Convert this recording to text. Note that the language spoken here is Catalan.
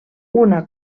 una